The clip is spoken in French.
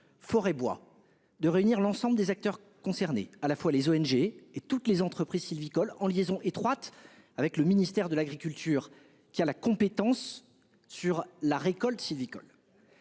forêt-bois de réunir l'ensemble des acteurs concernés- les ONG et toutes les entreprises sylvicoles -, en liaison étroite avec le ministère de l'agriculture, compétent s'agissant de la récolte sylvicole.